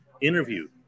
interview –